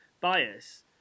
bias